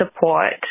support